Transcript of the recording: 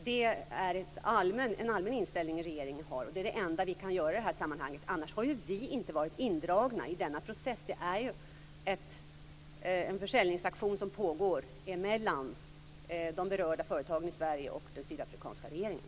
Det är en allmän inställning som regeringen har, och det är det enda vi kan göra i det här sammanhanget. Annars har ju vi inte varit indragna i denna process. Detta är ju en försäljningsaktion som pågår emellan de berörda företagen i Sverige och den sydafrikanska regeringen.